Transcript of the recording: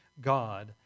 God